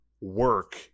work